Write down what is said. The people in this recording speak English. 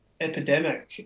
epidemic